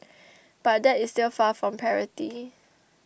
but that is still far from parity